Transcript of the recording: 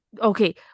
okay